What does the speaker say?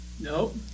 Nope